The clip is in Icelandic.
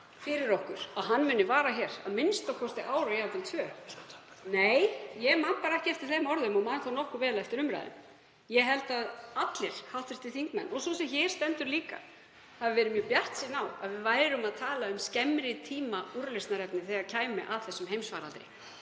fyrir okkur að hann muni vara hér a.m.k. í ár og jafnvel tvö. Nei, ég man bara ekki eftir þeim orðum og man þó nokkuð vel eftir umræðunni. Ég held að allir hv. þingmenn, og einnig sú sem hér stendur, hafi verið mjög bjartsýnir á að við værum að tala um skemmri tíma úrlausnarefni þegar kæmi að þessum heimsfaraldri.